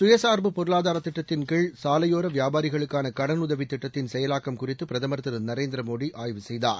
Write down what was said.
சுயசார்பு பொருளாதார திட்டத்தின்கீழ் சாலையோர வியாபாரிகளுக்கான கடனுதவித் திட்டத்தின் செயலாக்கம் குறித்து பிரதமர் திரு நரேந்திர் மோடி ஆய்வு செய்தார்